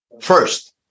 first